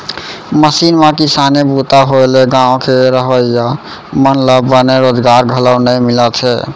machine म किसानी बूता होए ले गॉंव के रहवइया मन ल बने रोजगार घलौ नइ मिलत हे